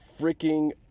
freaking